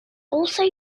also